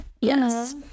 Yes